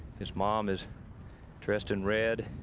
his mom is dressed in red.